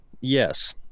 Yes